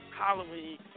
Halloween